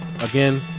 again